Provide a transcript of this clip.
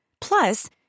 Plus